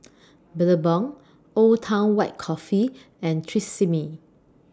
Billabong Old Town White Coffee and Tresemme